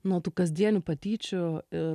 nuo tų kasdienių patyčių ir